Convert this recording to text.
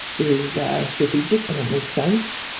is strategic and it makes sense.